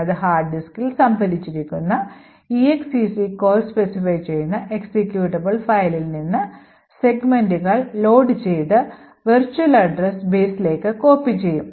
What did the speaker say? അത് ഹാർഡ് ഡിസ്കിൽ സംഭരിച്ചിരിക്കുന്ന exec call specify ചെയ്യുന്ന എക്സിക്യൂട്ടബിൾ ഫയലിൽ നിന്ന് സെഗ്മെന്റുകൾ ലോഡ് ചെയ്ത് വെർച്വൽ അഡ്രസ്സ് ബേസിലേക്ക് കോപ്പി ചെയ്യും